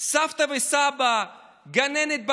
סבתא וסבא, הגננת בגן,